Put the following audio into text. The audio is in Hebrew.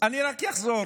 אני רק אחזור: